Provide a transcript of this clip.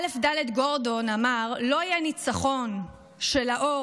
א"ד גורדון אמר: "לא יהיה ניצחון של האור